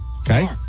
Okay